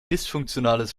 dysfunktionales